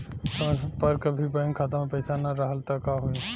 समय पर कभी बैंक खाता मे पईसा ना रहल त का होई?